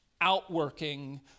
outworking